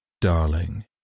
darling